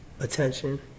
attention